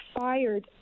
fired